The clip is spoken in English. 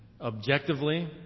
objectively